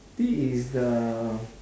this is the